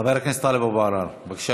חבר הכנסת טלב אבו עראר, בבקשה,